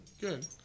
good